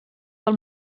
del